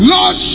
Lord